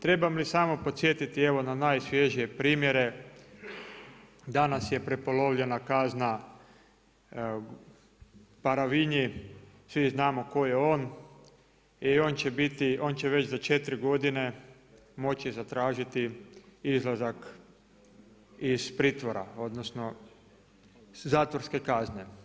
Trebam li samo podsjetiti evo na najsvježija primjere, danas je prepolovljena kazna Paravinji, svi znamo tko je on i on će biti, on će već za 4 godine moći zatražiti izlazak iz pritvora, odnosno zatvorske kazne.